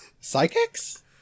psychics